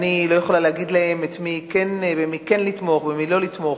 אני לא יכולה להגיד להם במי כן לתמוך ובמי לא לתמוך.